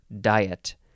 diet